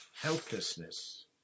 helplessness